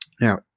Now